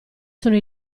sono